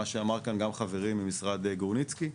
מה שאמר כאן גם חברי ממשרד גורניצקי.